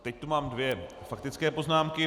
Teď tu mám dvě faktické poznámky.